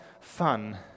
fun